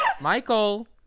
Michael